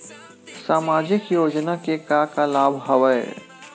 सामाजिक योजना के का का लाभ हवय?